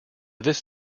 this